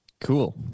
Cool